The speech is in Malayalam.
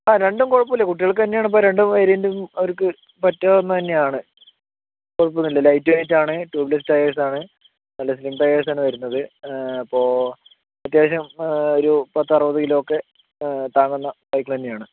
ആ രണ്ടും കുഴപ്പമില്ല കുട്ടികൾക്ക് തന്നെയാണ് ഇപ്പൊൾ രണ്ട് വേരിയൻറ്റും അവർക്കു പറ്റാവുന്ന തന്നെയാണ് കുഴപ്പമൊന്നുമില്ല ലൈറ്റ് വെയിറ്റാണ് ടൂബ് ലെസ്സ് ടയേഴ്സാണ് നല്ല സ്ലിം പെയേർസാണ് വരുന്നത് ഇപ്പോ അത്യാവശ്യം ഒരു പത്ത് അറുവത് കിലോ ഒക്കെ താങ്ങുന്ന സൈക്കിള് തന്നെയാണ്